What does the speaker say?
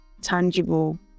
tangible